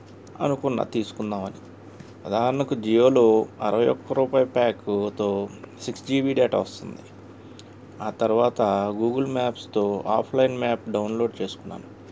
అనుకున్న తీసుకుందామని ఉదాహరణకు జియోలో అరవై ఒక్క రూపాయి ప్యాకుతో సిక్స్ జీ బీ డేటా వస్తుంది ఆ తర్వాత గూగుల్ మ్యాప్స్తో ఆఫ్లైన్ మ్యాప్ డౌన్లోడ్ చేసుకున్నాను